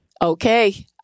Okay